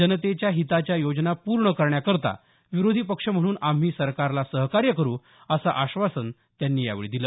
जनतेच्या हिताच्या योजना पूर्ण करण्याकरता विरोधी पक्ष म्हणून आम्ही सरकारला सहकार्य करु असं आश्वासन त्यांनी यावेळी दिलं